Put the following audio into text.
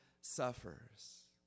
suffers